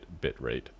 bitrate